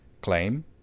Claim